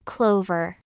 Clover